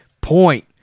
point